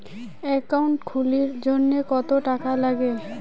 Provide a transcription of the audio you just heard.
Account খুলির জন্যে কত টাকা নাগে?